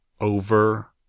over